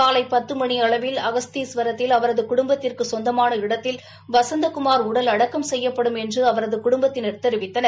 காலை பத்து மணியளவில் அகஸ்தீஸ்வரத்தில் அவரது குடும்பத்திற்கு சொந்தமான இடத்தில் வசந்தகுமார் உடல் அடக்கம் செய்யப்படும் என்று அவரது குடும்பத்தினர் தெரிவித்தனர்